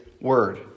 word